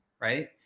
right